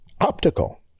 optical